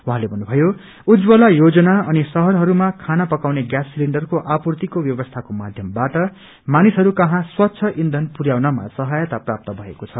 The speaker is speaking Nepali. उहाँले भन्नुषयो उज्जवला योजना अनि शहरहरूमा खाना पकाउने गेस सिलिण्डरको आपूर्तिको व्यवस्थाको माध्यमबाट मानिसहरू कहौँ स्वच्छ ईथन पुर्याउनमा सहायता प्राप्त मएको छ